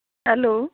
hello